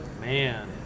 Man